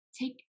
Take